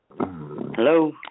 Hello